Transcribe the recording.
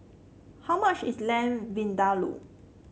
how much is Lamb Vindaloo